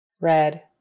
Red